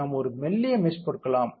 எனவே நாம் ஒரு மெல்லிய மெஷ் கொடுக்கலாம்